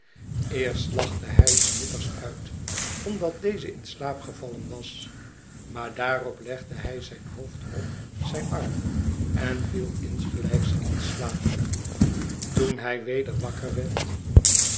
eerst lachte hij smithers uit omdat deze in slaap gevallen was maar daarop legde hij zijn hoofd op zijn arm en viel insgelijks in slaap toen hij weder wakker werd